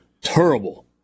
terrible